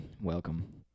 Welcome